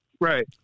Right